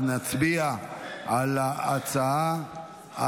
אז נצביע על ההצעה.